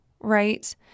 right